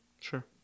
Sure